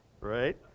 Right